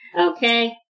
Okay